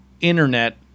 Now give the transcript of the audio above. internet